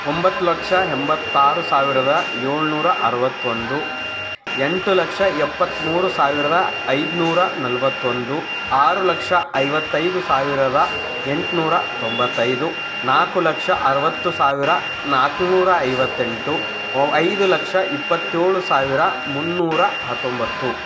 ಒಂಬತ್ತು ಲಕ್ಷ ಎಂಬತ್ತಾರು ಸಾವಿರದ ಏಳುನೂರ ಅರವತ್ತೊಂದು ಎಂಟು ಲಕ್ಷ ಎಪ್ಪತ್ಮೂರು ಸಾವಿರದ ಐದುನೂರ ನಲ್ವತ್ತೊಂದು ಆರು ಲಕ್ಷ ಐವತ್ತೈದು ಸಾವಿರದ ಎಂಟುನೂರ ತೊಂಬತ್ತೈದು ನಾಲ್ಕು ಲಕ್ಷ ಅರವತ್ತು ಸಾವಿರ ನಾಲ್ಕುನೂರ ಐವತ್ತೆಂಟು ಒ ಐದು ಲಕ್ಷ ಇಪ್ಪತ್ತೇಳು ಸಾವಿರ ಮುನ್ನೂರ ಹತ್ತೊಂಬತ್ತು